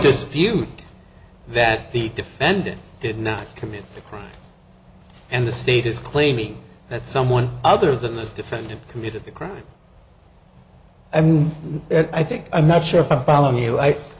dispute that the defendant did not commit the crime and the state is claiming that someone other than the defendant committed the crime i mean i think i'm not sure if i'm following you